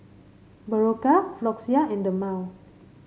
Berocca Floxia and Dermale